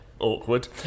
Awkward